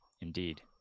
Indeed